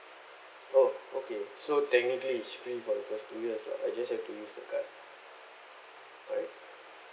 oh okay so technically it's free for the first two years right I just have to use the card right